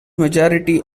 majority